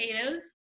potatoes